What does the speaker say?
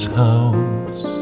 house